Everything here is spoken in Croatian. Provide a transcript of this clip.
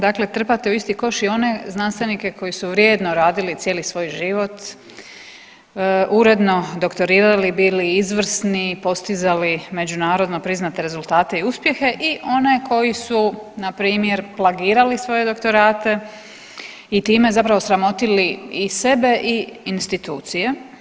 Dakle, trpate u isti koš i one znanstvenike koji su vrijedno radili cijeli svoj život, uredno doktorirali, bili izvrsni, postizali međunarodno priznate rezultate i uspjehe i one koji su npr. plagirali svoje doktorate i time zapravo sramotili i sebe i institucije.